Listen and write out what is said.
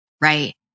Right